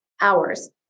hours